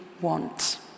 want